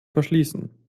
verschließen